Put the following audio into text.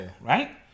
right